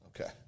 Okay